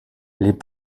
les